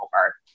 over